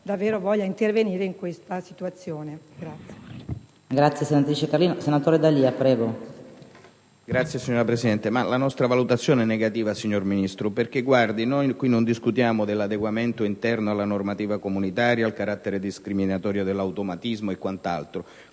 la nostra valutazione è negativa, perché qui non discutiamo dell'adeguamento interno alla normativa comunitaria, del carattere discriminatorio dell'automatismo e quant'altro;